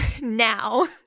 now